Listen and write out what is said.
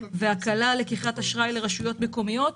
והקלה על לקיחת אשראי לרשויות מקומיות.